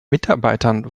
mitarbeitern